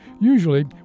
Usually